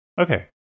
Okay